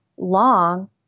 long